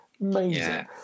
Amazing